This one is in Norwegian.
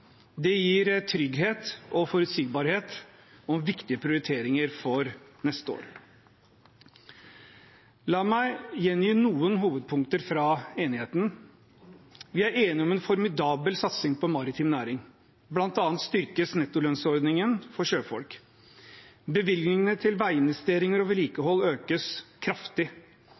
Det gir trygghet og forutsigbarhet om viktige prioriteringer for neste år. La meg gjengi noen hovedpunkter fra det vi er enige om: Vi er enige om en formidabel satsing på maritim næring. Blant annet styrkes nettolønnsordningen for sjøfolk. Bevilgningene til veiinvesteringer og vedlikehold økes kraftig.